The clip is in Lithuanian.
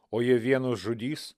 o jie vienus žudys